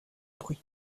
bruit